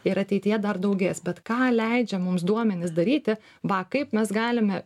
ir ateityje dar daugės bet ką leidžia mums duomenis daryti va kaip mes galime